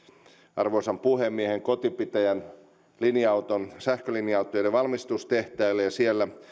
arvoisan puhemiehen kotipitäjän sähkölinja autojen valmistustehtaalla ja kun siellä